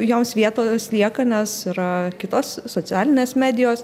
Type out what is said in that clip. joms vietos lieka nes yra kitos socialinės medijos